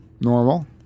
Normal